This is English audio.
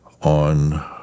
on